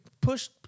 push